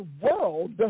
world